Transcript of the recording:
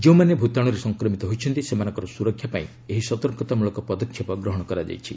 ଯେଉଁମାନେ ଭୂତାଶୁରେ ସଂକ୍ରମିତ ହୋଇଛନ୍ତି ସେମାନଙ୍କ ସୁରକ୍ଷା ପାଇଁ ଏହି ସତର୍କତାମୂଳକ ପଦକ୍ଷେପ ଗ୍ରହଣ କରାଯାଇଛି